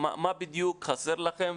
מה בדיוק חסר לכם?